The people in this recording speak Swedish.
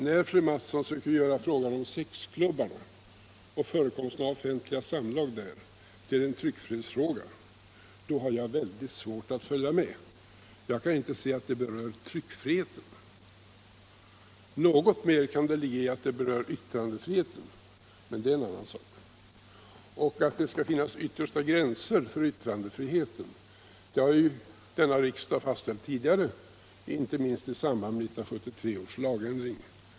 När fröken Mattson försöker göra frågan om sexklubbarna och förekomsten av offentliga samlag där till en tryckfrihetsfråga, då har jag väldigt svårt att följa med! Jag kan inte se att detta berör tryckfriheten. Något mer kan det ligga i att det berör yttrandefriheten, men det är en annan sak. Att det skall finnas yttersta gränser för yttrandefriheten har ju denna riksdag fastställt tidigare, inte minst i samband med 1973 års lagändring.